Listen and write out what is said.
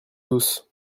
tous